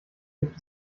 gibt